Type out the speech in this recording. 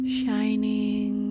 shining